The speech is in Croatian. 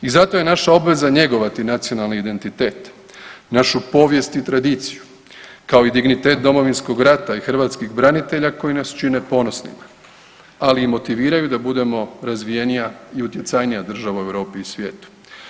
I zato je naša obveza njegovati nacionalni identitet, našu povijest i tradiciju kao i dignitet Domovinskog rata i hrvatskih branitelja koji nas čine ponosnima, ali i motiviraju da budemo razvijenije i utjecajnija država u Europi i svijetu.